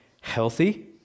healthy